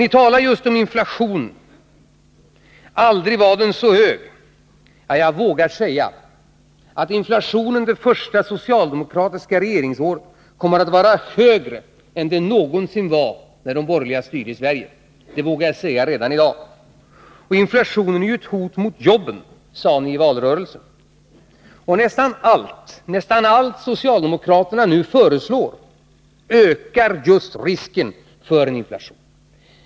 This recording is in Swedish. Ni talar just om inflationen och säger att aldrig var den så hög. Jag vågar säga att inflationen under de första socialdemokratiska regeringsåren kommer att vara högre än den någonsin var när de borgerliga styrde i Sverige. Det vågar jag säga redan i dag. Inflationen är ju ett hot mot jobben, sade ni i valrörelsen. Nästan allt socialdemokraterna nu föreslår ökar just risken för en inflation.